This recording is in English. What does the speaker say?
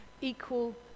equal